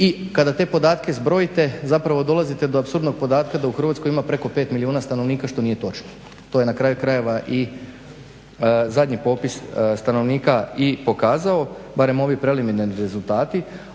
i kada te podatke zbrojite zapravo dolazite do apsurdnog podatka da u Hrvatskoj ima preko 5 milijuna stanovnika što nije točno. To je na kraju krajeva i zadnji popis stanovnika i pokazao, barem ovi preliminarni rezultati.